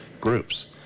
groups